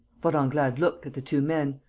vorenglade looked at the two men,